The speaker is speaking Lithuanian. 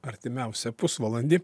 artimiausią pusvalandį